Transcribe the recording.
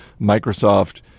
Microsoft